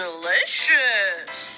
Delicious